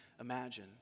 imagine